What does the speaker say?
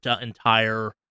entire